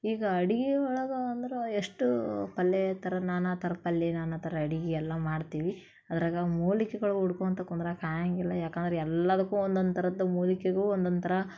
ಈಗ ಅಡಿಗೆ ಒಳಗೆ ಅಂದ್ರೆ ಎಷ್ಟು ಪಲ್ಲೆ ಥರ ನಾನಾ ಥರ ಪಲ್ಲೆ ನಾನಾ ಥರ ಅಡಿಗೆ ಎಲ್ಲ ಮಾಡ್ತೀವಿ ಅದರಗ ಮೂಲಿಕೆಗಳು ಹುಡ್ಕೊಂತ ಕುಂದ್ರಕಾಗಂಗಿಲ್ಲ ಯಾಕಂದ್ರೆ ಎಲ್ಲದಕ್ಕೂ ಒಂದೊಂದು ಥರದ ಮೂಲಿಕೆಗೂ ಒಂದೊಂದು ಥರ